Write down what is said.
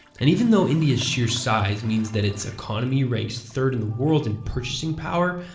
and even though india's sheer size means that its economy ranks third in the world in purchasing power,